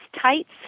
tights